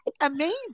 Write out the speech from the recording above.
amazing